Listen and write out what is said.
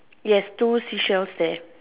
it has two sea shells there